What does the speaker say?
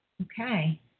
Okay